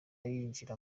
zinjira